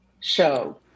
show